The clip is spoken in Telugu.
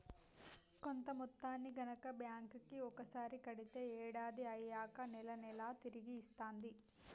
కొంత మొత్తాన్ని గనక బ్యాంక్ కి ఒకసారి కడితే ఏడాది అయ్యాక నెల నెలా తిరిగి ఇస్తాంది